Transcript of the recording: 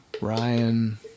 Ryan